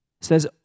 Says